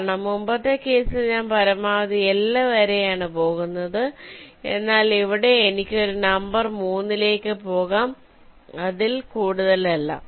കാരണം മുമ്പത്തെ കേസിൽ ഞാൻ പരമാവധി L വരെയാണ് പോകുന്നത് എന്നാൽ ഇവിടെ എനിക്ക് ഒരു നമ്പർ 3 ലേക്ക് പോകാം അതിൽ കൂടുതൽ അല്ല